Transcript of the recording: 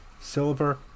Silver